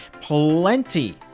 Plenty